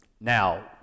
Now